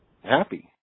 happy